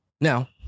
Now